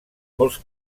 molts